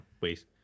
wait